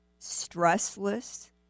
stressless